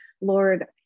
Lord